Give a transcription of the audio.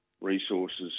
resources